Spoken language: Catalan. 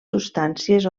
substàncies